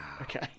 okay